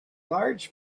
large